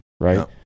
right